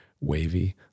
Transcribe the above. wavy